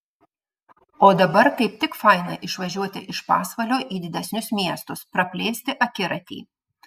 o dabar kaip tik faina išvažiuoti iš pasvalio į didesnius miestus praplėsti akiratį